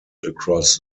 across